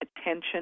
attention